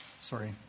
Sorry